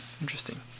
interesting